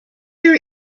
their